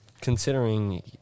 considering